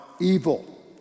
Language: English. evil